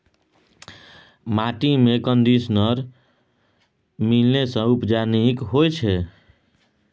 माटिमे कंडीशनर मिलेने सँ उपजा नीक होए छै